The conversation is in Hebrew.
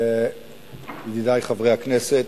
ידידי חברי הכנסת,